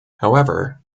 however